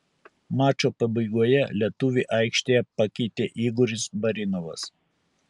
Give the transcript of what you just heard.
mačo pabaigoje lietuvį aikštėje pakeitė igoris barinovas